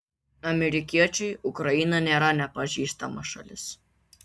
amerikiečiui ukraina nėra nepažįstama šalis